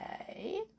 Okay